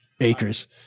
acres